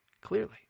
clearly